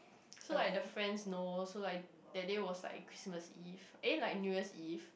so like the friends know so like that day was like Christmas Eve eh like New Year's Eve